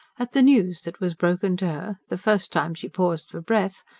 at the news that was broken to her, the first time she paused for breath,